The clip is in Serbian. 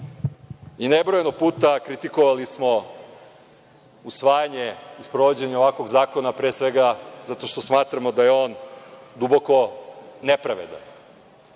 Nebrojeno puta kritikovali smo usvajanje i sprovođenje ovakvog zakona pre svega zato što smatramo da je on duboko nepravedan.